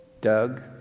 Doug